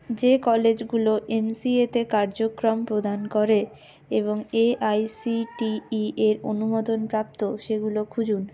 যে কলেজগুলো এমসিএতে কার্যক্রম প্রদান করে এবং এআইসিটিই এর অনুমোদনপ্রাপ্ত সেগুলো খুঁজুন